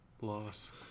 loss